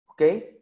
Okay